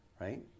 right